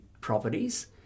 properties